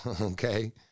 Okay